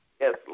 Yes